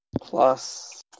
plus